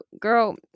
girl